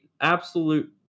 absolute